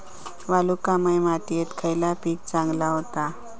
वालुकामय मातयेत खयला पीक चांगला होता?